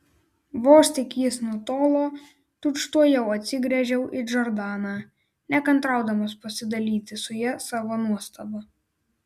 vos tik jis nutolo tučtuojau atsigręžiau į džordaną nekantraudamas pasidalyti su ja savo nuostaba